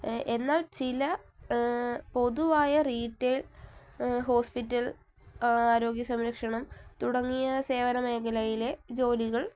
എന്നാൽ ചില പൊതുവായ റീറ്റെയ്ൽ ഹോസ്പിറ്റൽ ആരോഗ്യ സംരക്ഷണം തുടങ്ങിയ സേവനമേഖലയിലെ ജോലികൾ